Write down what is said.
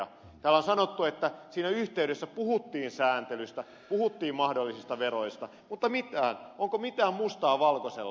täällä on sanottu että siinä yhteydessä puhuttiin sääntelystä puhuttiin mahdollisista veroista mutta onko mitään mustaa valkoisella